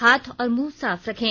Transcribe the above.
हाथ और मुंह साफ रखें